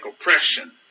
oppression